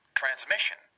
transmission